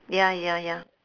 ya ya ya